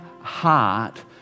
heart